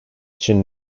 için